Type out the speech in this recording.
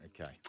Okay